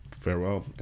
Farewell